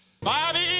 Bobby